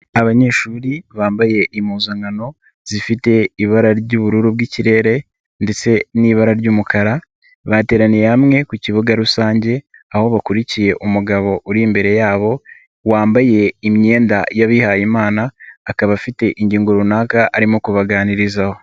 Abanyeshuri bambaye impuzankano zifite ibara ry'ubururu bw'ikirere ndetse n'ibara ry'umukara, bateraniye hamwe ku kibuga rusange aho bakurikiye umugabo uri imbere yabo wambaye imyenda y'abihayimana, akaba afite ingingo runaka arimo kubaganirizaho.